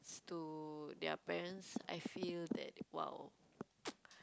~s to their parents I feel that !wow!